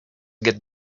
get